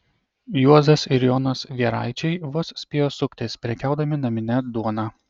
juozas ir jonas vieraičiai vos spėjo suktis prekiaudami namine duona